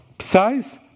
size